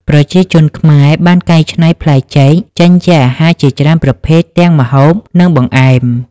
ប្រជាជនខ្មែរបានកែច្នៃផ្លែចេកចេញជាអាហារជាច្រើនប្រភេទទាំងម្ហូប និងបង្អែម។